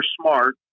smart